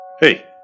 Hey